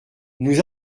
nous